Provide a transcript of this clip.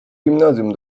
gimnazjum